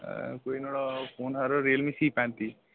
कोई नोआड़ा फोन हा यरों रियल मी सी पैंती